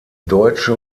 deutsche